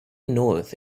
north